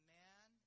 man